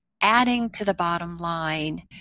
adding-to-the-bottom-line